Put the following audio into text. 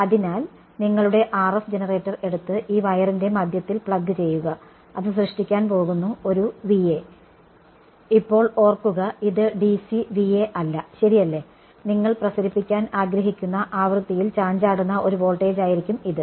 അതിനാൽ നിങ്ങളുടെ RF generator എടുത്ത് ഈ വയറിന്റെ മധ്യത്തിൽ പ്ലഗ് ചെയ്യുക അത് സൃഷ്ടിക്കാൻ പോകുന്നു ഒരു ഇപ്പോൾ ഓർക്കുക ഇത് DC അല്ല ശരിയല്ലേ നിങ്ങൾ പ്രസരിപ്പിക്കാൻ ആഗ്രഹിക്കുന്ന ആവൃത്തിയിൽ ചാഞ്ചാടുന്ന ഒരു വോൾട്ടേജായിരിക്കും ഇത്